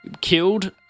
killed